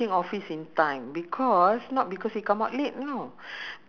uh so I I don't go out on monday unless I want to go N_T_U_C